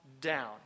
down